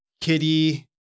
Kitty